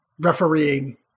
refereeing